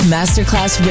Masterclass